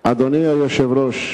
היושב-ראש,